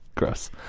gross